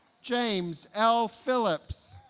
james l. phillips